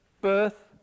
Birth